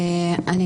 קודם כול,